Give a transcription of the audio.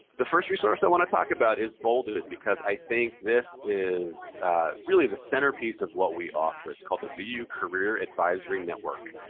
the first resource i want to talk about is bolded because i think this is really the centerpiece of what we offer. it's called the bu career advisory network.